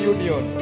Union